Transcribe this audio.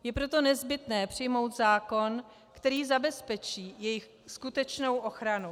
Je proto nezbytné přijmout zákon, který zabezpečí jejich skutečnou ochranu.